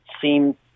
seem